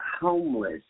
homeless